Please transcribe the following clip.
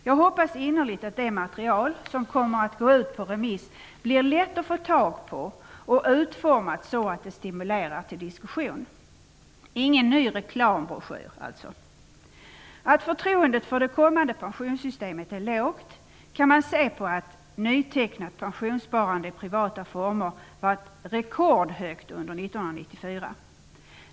Jag hoppas innerligt att det material som kommer att gå ut på remiss blir lätt att få tag på och utformat så att det stimulerar till diskussion - ingen ny reklambroschyr alltså. Att förtroendet för det kommande pensionssystemet är svagt kan man se på att nytecknat pensionssparande i privata former varit rekordhögt under 1994.